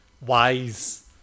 wise